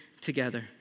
together